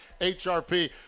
HRP